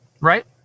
right